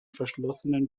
verschlossenen